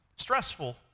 stressful